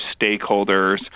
stakeholders